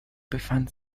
befand